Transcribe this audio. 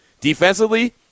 Defensively